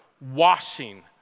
washing